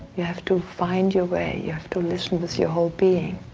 you have to find your way, you have to listen with your whole being.